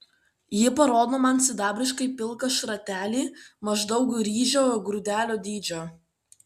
ji parodo man sidabriškai pilką šratelį maždaug ryžio grūdelio dydžio